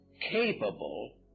capable